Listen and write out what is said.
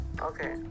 Okay